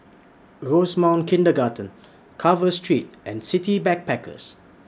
Rosemount Kindergarten Carver Street and City Backpackers